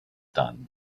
done